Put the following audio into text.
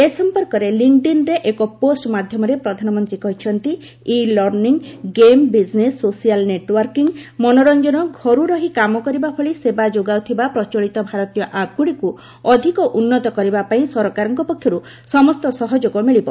ଏ ସଂପର୍କରେ ଲିଙ୍କ୍ଡିନ୍ରେ ଏକ ପୋଷ୍ଟ ମାଧ୍ୟମରେ ପ୍ରଧାନମନ୍ତ୍ରୀ କହିଛନ୍ତି e learning game business social networking ମନୋର୍ଚ୍ଚନ ଘରୁ ରହି କାମ କରିବା ଭଳି ସେବା ଯୋଗାଉଥିବା ପ୍ରଚଳିତ ଭାରତୀୟ ଆପ୍ଗୁଡ଼ିକୁ ଅଧିକ ଉନ୍ନତ କରିବା ପାଇଁ ସରକାରଙ୍କ ପକ୍ଷରୁ ସମସ୍ତ ସହଯୋଗ ମିଳିବ